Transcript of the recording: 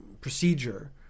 procedure